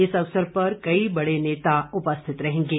इस अवसर पर कई बड़े नेता उपस्थित रहेंगे